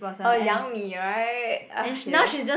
orh Yang Mi right ah yes